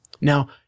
Now